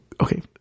okay